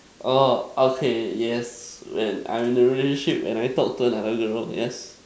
orh okay yes when I'm in a relationship and I talk to another girl yes